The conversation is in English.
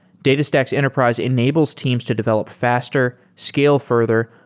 datastax enterprise enables teams to develop faster, scale further,